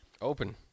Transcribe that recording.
Open